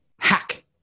hack